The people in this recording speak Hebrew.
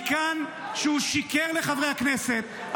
מכאן שהוא שיקר לחברי הכנסת,